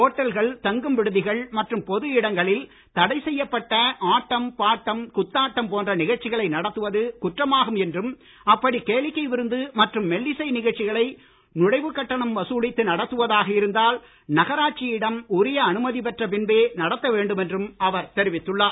ஹோட்டல்கள் தங்கும் விடுதிகள் மற்றும் பொது இடங்களில் தடை செய்யப்பட்ட ஆட்டம் பாட்டம் குத்தாட்டம் போன்ற நிகழ்ச்சிகளை நடத்துவது குற்றமாகும் என்றும் அப்படி கேளிக்கை விருந்து மற்றும் மெல்லிசை நிகழ்ச்சிகளை நுழைவுக் கட்டணம் வசூலித்து நடத்துவதாக இருந்தால் நகராட்சியிடம் உரிய அனுமதி பெற்ற பின்பே நடத்த வேண்டும் என்றும் அவர் தெரிவித்துள்ளார்